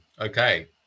Okay